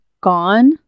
Gone